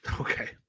Okay